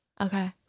Okay